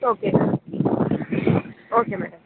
okay madam okay madam